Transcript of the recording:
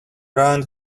round